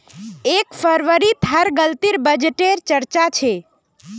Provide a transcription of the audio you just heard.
एक फरवरीत हर गलीत बजटे र चर्चा छ